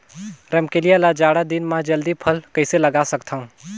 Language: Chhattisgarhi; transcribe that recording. रमकलिया ल जाड़ा दिन म जल्दी फल कइसे लगा सकथव?